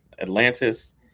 Atlantis